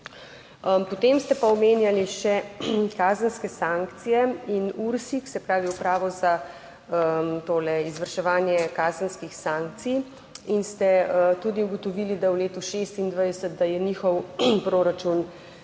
Potem ste pa omenjali še kazenske sankcije in URSIKS, se pravi, upravo za tole izvrševanje kazenskih sankcij in ste tudi ugotovili, da v letu 2026, da je njihov proračun, če